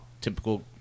typical